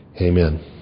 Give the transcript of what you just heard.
Amen